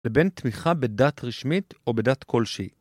לבין תמיכה בדת רשמית או בדת כלשהי.